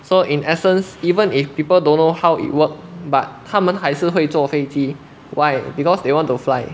so in essence even if people don't know how it work but 他们还是会坐飞机 why because they want to fly